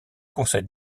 conseil